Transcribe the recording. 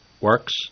works